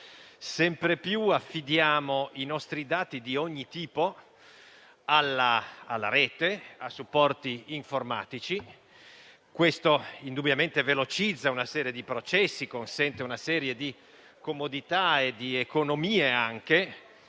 Sempre più affidiamo i nostri dati di ogni tipo alla Rete, a supporti informatici; indubbiamente ciò velocizza una serie di processi e consente di realizzare una serie di comodità e di economie